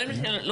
הפיקדון.